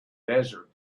desert